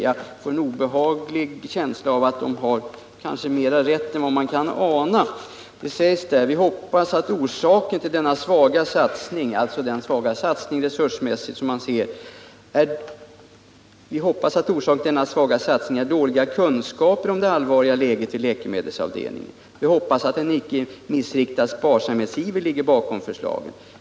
Jag har en obehaglig känsla av att personalen har mer rätt än vad man kan ana. Det står bl.a. följande: Vi hoppas att orsaken till denna svaga satsning — alltså den svaga resursmässiga satsningen — är dåliga kunskaper om det allvarliga läget på läkemedelsavdelningen och hoppas att en missriktad sparsamhetsiver icke ligger bakom förslaget.